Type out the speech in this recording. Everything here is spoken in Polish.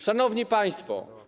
Szanowni Państwo!